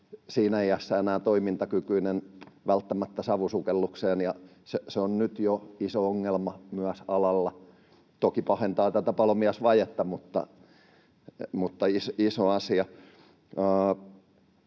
enää välttämättä toimintakykyinen savusukellukseen, ja se on nyt jo iso ongelma alalla. Toki se pahentaa tätä palomiesvajetta, mutta iso asia.